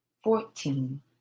Fourteen